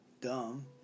dumb